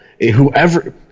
Whoever